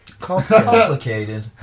Complicated